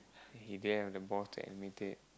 he didn't have the balls to admit it